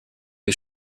est